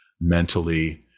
mentally